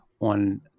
on